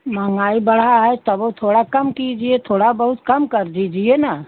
महंगाई बढ़ा है तब थोड़ा कम कीजिए थोड़ा बहुत कम कर दीजिए ना